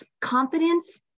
Confidence